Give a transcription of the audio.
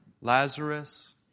Lazarus